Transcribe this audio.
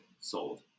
sold